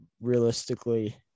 realistically